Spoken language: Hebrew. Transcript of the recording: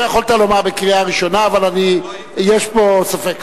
את זה יכולת לומר בקריאה ראשונה, אבל יש פה ספק.